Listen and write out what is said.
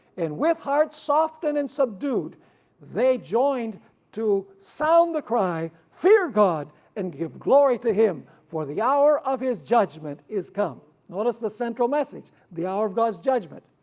and with hearts softened and subdued they joined to sound the cry fear god and give glory to him for the hour of his judgment is notice the central message, the hour of god's judgment.